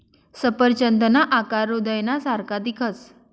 सफरचंदना आकार हृदयना सारखा दिखस